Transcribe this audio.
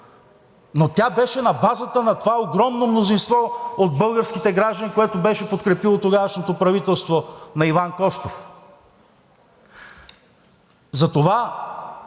Но тя беше на базата на това огромно мнозинство от българските граждани, което беше подкрепило тогавашното правителство на Иван Костов. Затова